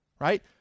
right